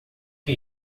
que